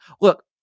look